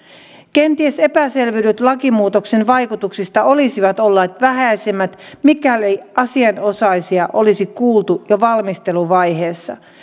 kenties epäselvyydet lakimuutoksen vaikutuksista olisivat olleet vähäisemmät mikäli asianosaisia olisi kuultu jo valmisteluvaiheessa